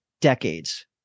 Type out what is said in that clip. decades